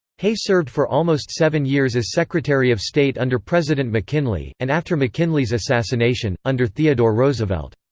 hay served for almost seven years as secretary of state under president mckinley, and after mckinley's assassination, under theodore roosevelt.